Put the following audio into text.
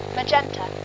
Magenta